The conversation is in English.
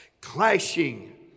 clashing